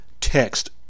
text